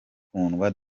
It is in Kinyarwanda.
kundwa